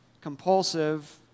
compulsive